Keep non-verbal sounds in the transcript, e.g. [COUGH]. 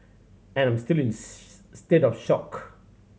I am still in [UNINTELLIGIBLE] state of shock